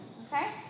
okay